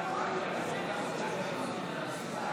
45 בעד,